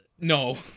no